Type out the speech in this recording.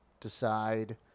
decide